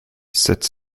sept